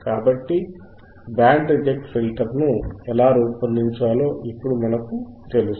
కాబట్టి band reject filter ను ఎలా రూపొందించాలో ఇప్పుడు మనకు తెలుసు